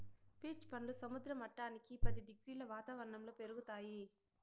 peach పండ్లు సముద్ర మట్టానికి పది డిగ్రీల వాతావరణంలో పెరుగుతాయి